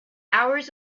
hours